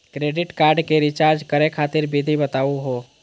Credit card क recharge करै खातिर विधि बताहु हो?